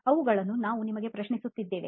ಅವುಗಳ್ಳನ್ನು ನಾವು ನಿಮಗೆ ಪ್ರಶ್ನೆಸುತ್ತಿದ್ದೇವೆ